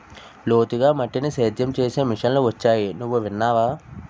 లోతుగా మట్టిని సేద్యం చేసే మిషన్లు వొచ్చాయి నువ్వు విన్నావా?